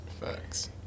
Facts